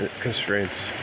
constraints